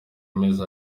amezi